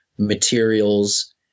materials